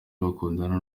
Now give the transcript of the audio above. bakundana